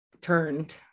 Turned